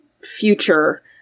future